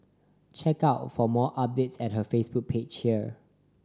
check out for more updates at her Facebook page here